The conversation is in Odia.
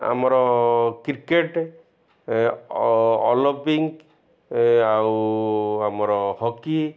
ଆମର କ୍ରିକେଟ୍ ଅଲମ୍ପିଙ୍କ୍ ଆଉ ଆମର ହକି